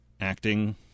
Acting